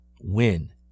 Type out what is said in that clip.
win